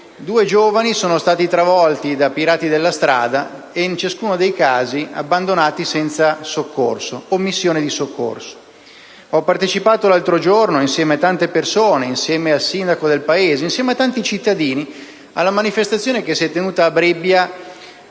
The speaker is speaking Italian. due giovani sono stati travolti da pirati della strada e, in ciascuno dei due casi, abbandonati senza soccorso (omissione di soccorso). Ho partecipato l'altro giorno, insieme a tante persone, insieme al sindaco del paese e insieme a tanti cittadini, alla manifestazione che si è tenuta a Brebbia,